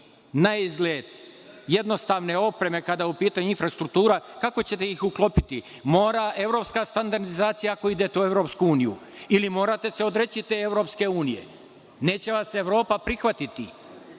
naizgled jednostavne opreme, kada je u pitanju infrastruktura, kako ćete ih uklopiti? Mora evropska standardizacija ako idete u EU, ili morate se odreći te EU. Neće vas Evropa prihvatiti.